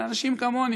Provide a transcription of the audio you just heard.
לאנשים כמוני,